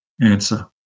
answer